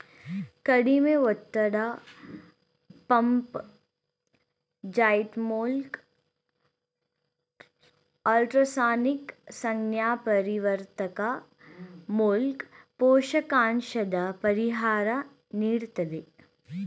ಕಡಿಮೆ ಒತ್ತಡ ಪಂಪ್ ಜೆಟ್ಮೂಲ್ಕ ಅಲ್ಟ್ರಾಸಾನಿಕ್ ಸಂಜ್ಞಾಪರಿವರ್ತಕ ಮೂಲ್ಕ ಪೋಷಕಾಂಶದ ಪರಿಹಾರ ನೀಡ್ತದೆ